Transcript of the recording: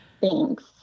thanks